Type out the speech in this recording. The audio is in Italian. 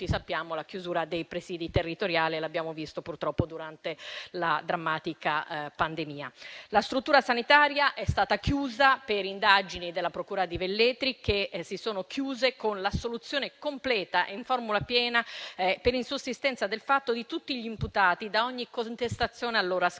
nostra sanità, come abbiamo purtroppo visto durante la drammatica pandemia. La struttura sanitaria è stata chiusa per indagini della procura di Velletri, che si sono chiuse con l'assoluzione completa e con formula piena, per insussistenza del fatto, di tutti gli imputati da ogni contestazione a loro ascritta.